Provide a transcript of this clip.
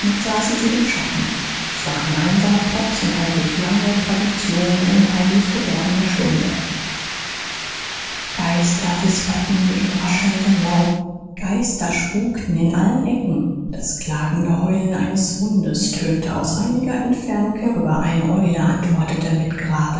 saßen sie im schatten es war ein einsamer platz und eine durch lange tradition unheimlich gewordene stunde geister wisperten im raschelnden laub geister spukten in allen ecken das klagende heulen eines hundes tönte aus einiger entfernung herüber eine eule antwortete mit